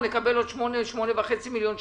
נקבל 8 או 8.5 מיליון שקל,